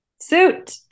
Suit